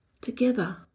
together